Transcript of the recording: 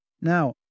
Now